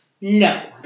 no